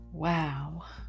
Wow